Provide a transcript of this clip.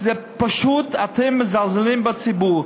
פשוט, אתם מזלזלים בציבור.